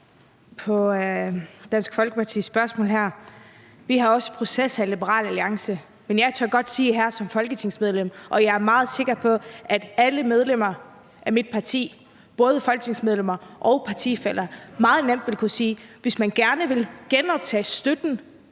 på Dansk Folkepartis spørgsmål her. Vi har også en proces her i Liberal Alliance, men jeg tør godt sige her som folketingsmedlem – og det er jeg meget sikker på at alle medlemmer af mit parti, både folketingsmedlemmer og øvrige partifæller, meget nemt ville kunne sige – at hvis man gerne vil genoptage støtten